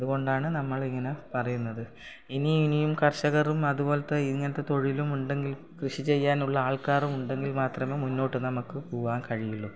അതുകൊണ്ടാണ് നമ്മളിങ്ങനെ പറയുന്നത് ഇനിയും ഇനിയും കർഷകരും അതുപോലത്തെ ഇങ്ങനത്തെ തൊഴിലും ഉണ്ടെങ്കിൽ കൃഷി ചെയ്യാനുള്ള ആൾക്കാരും ഉണ്ടെങ്കിൽ മാത്രമേ മുന്നോട്ട് നമുക്ക് പോവാൻ കഴിയുള്ളൂ